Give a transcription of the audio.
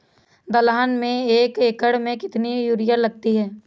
दलहन में एक एकण में कितनी यूरिया लगती है?